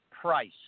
price